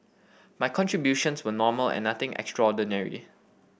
my contributions were normal and nothing extraordinary